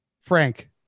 Frank